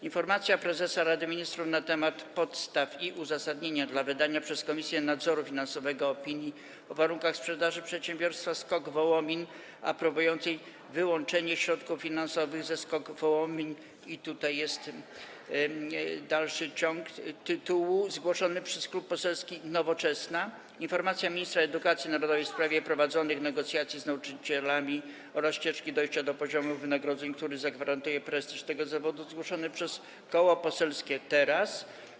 Informacja prezesa Rady Ministrów na temat podstaw i uzasadnienia dla wydania przez Komisję Nadzoru Finansowego opinii o warunkach sprzedaży przedsiębiorstwa SKOK Wołomin, aprobującej wyłączenie środków finansowych ze SKOK Wołomin... tutaj jest dalszy ciąg tytułu - zgłoszony przez Klub Poselski Nowoczesna, - Informacja ministra edukacji narodowej w sprawie prowadzonych negocjacji z nauczycielami oraz ścieżki dojścia do poziomu wynagrodzeń, który zagwarantuje prestiż tego zawodu - zgłoszony przez Koło Poselskie Teraz!